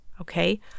okay